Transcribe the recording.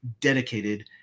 dedicated